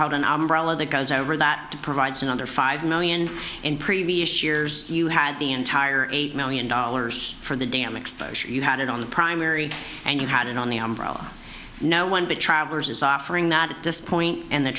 called an ombre load that goes over that provides another five million in previous years you had the entire eight million dollars for the dam exposure you had it on the primary and you had it on the umbrella no one but travers is offering that at this point and the